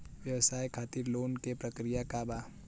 व्यवसाय खातीर लोन के प्रक्रिया का बा?